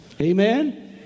Amen